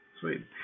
Sweet